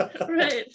Right